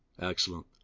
Excellent